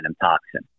toxin